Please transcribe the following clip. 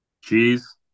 Cheese